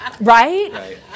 Right